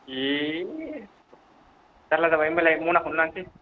एह जाल्ला जाबाय होमबालाय मनाखौनो लानोसै